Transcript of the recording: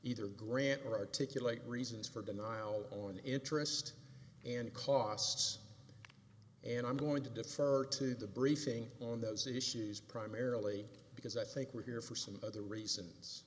either grant or articulate reasons for denial on interest and costs and i'm going to defer to the briefing on those issues primarily because i think we're here for some of the reasons